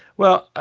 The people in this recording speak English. well, ah